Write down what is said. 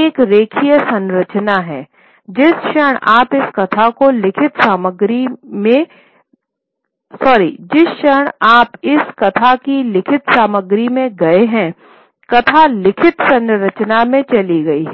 एक रेखीय संरचना हैजिस क्षण आप इस तरह की लिखित सामग्री में गए हैंकथा लिखित संरचना में चली गई है